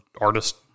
artist